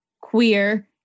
queer